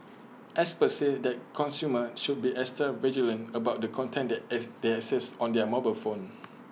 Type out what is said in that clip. experts say that consumers should be extra vigilant about the content as they access on their mobile phone